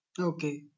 Okay